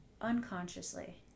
unconsciously